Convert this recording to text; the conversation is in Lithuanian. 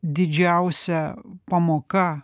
didžiausia pamoka